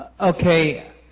okay